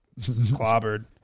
clobbered